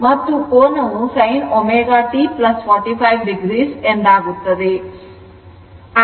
ಮತ್ತು ಕೋನವು sin ωt 45 o ಎಂದಾಗುತ್ತದೆ